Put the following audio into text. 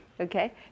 okay